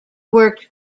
worked